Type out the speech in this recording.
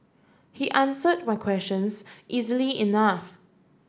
he answered my questions easily enough